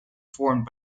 formed